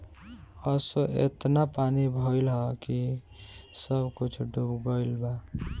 असो एतना पानी भइल हअ की सब कुछ डूब गईल बा